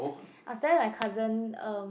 I tell my cousin erm